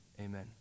Amen